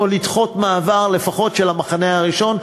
לדחות לפחות את המעבר של המחנה הראשון,